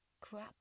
crap